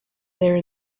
there